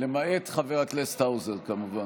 למעט חבר הכנסת האוזר כמובן,